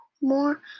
more